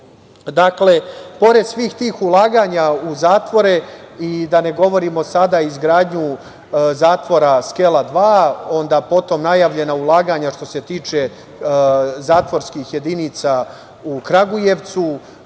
Srbije. Pored svih tih ulaganja u zatvore i da ne govorimo sada o izgradnji zatvora Skela 2, onda potom najavljena ulaganja što se tiče zatvorskih jedinica, u Kragujevcu,